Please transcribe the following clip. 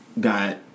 got